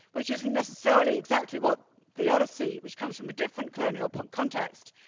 which isn't necessarily exactly what the odyssey, which comes from a different colonial context,